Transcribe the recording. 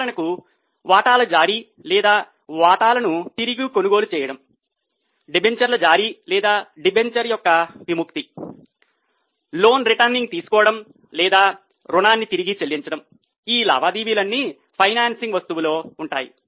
ఉదాహరణకు వాటాల జారీ లేదా వాటాలను తిరిగి కొనుగోలు చేయడం డిబెంచర్ల జారీ లేదా డిబెంచర్ యొక్క విముక్తి లోన్ రిటర్నింగ్ తీసుకోవడం లేదా రుణాన్ని తిరిగి చెల్లించడం ఈ లావాదేవీలన్నీ ఫైనాన్సింగ్ వస్తువులో ఉంటాయి